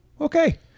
okay